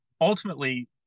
ultimately